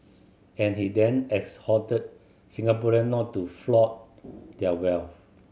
and he then exhorted Singaporean not to flaunt their wealth